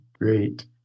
Great